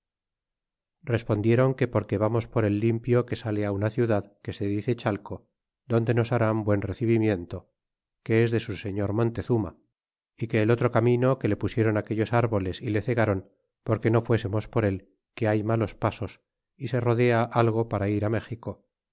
respondieron que porque vamos por el limpio que sale á una ciudad que se dice chalco donde nos harán buen recebimiento que es de su señor montezuma y que el otro camino que le pusieron aquellos árboles y le cegaron porque no fuésemos por el que hay malos pasos é se rodea algo para ir méxico